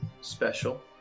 special